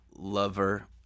lover